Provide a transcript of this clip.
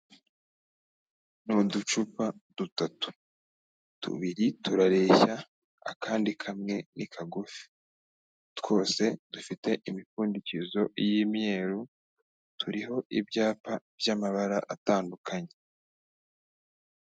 Ni uducupa dutatu tubiri turareshya akandi kamwe ni kagufi, twose dufite imipfundikizo y'imyeru turiho ibyapa by'amabara atandukanye.